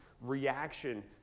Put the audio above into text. reaction